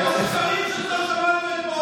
המסרים שלך כבר שמענו,